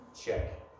Check